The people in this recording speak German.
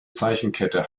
zeichenkette